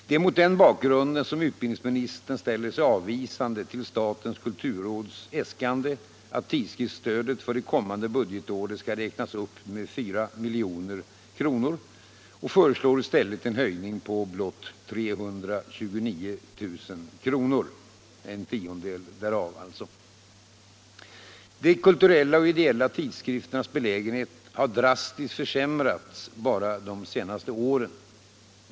Det är mot den bakgrunden som utbildningsministern ställer sig avvisande till statens kulturråds äskande att tidskriftsstödet för det kommande budgetåret skall räknas upp med 4 milj.kr. Han föreslår i stället en höjning på blott 329 000 kr. — en tiondel alltså. De kulturella och ideella tidskrifternas belägenhet har drastiskt försämrats bara de senaste åren.